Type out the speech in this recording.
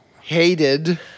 hated